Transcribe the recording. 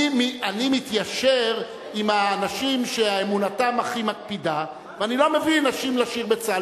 אני מתיישר עם האנשים שאמונתם הכי מקפידה ואני לא מביא נשים לשיר בצה"ל.